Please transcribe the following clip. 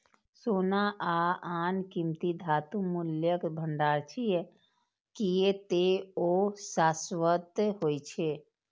सोना आ आन कीमती धातु मूल्यक भंडार छियै, कियै ते ओ शाश्वत होइ छै